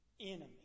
enemy